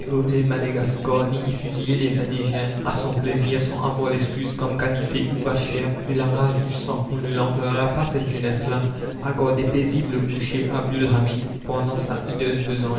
ni y fusiller les indigènes à son plaisir sans avoir l'excuse comme gallifet ou vacher de la rage du sang on ne l'emploiera pas cette jeunesse là à garder paisible le boucher abdul hamid pendant sa